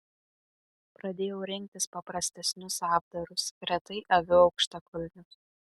pradėjau rinktis paprastesnius apdarus retai aviu aukštakulnius